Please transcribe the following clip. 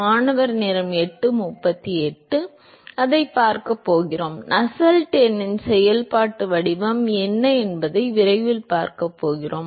மாணவர் அதைப் பார்க்கப் போகிறோம் நஸ்ஸெல்ட் எண்ணின் செயல்பாட்டு வடிவம் என்ன என்பதை விரைவில் பார்க்கப் போகிறோம்